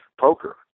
poker